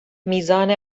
میزان